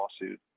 lawsuit